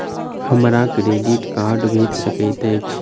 हमरा credit card भेट सकैत अछि?